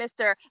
Mr